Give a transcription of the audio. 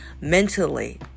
mentally